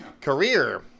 Career